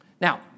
Now